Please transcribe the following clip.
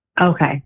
Okay